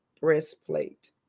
breastplate